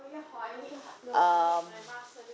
um